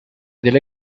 delle